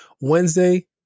Wednesday